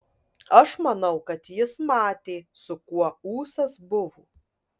aš manau kad jis matė su kuo ūsas buvo